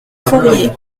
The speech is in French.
fourrier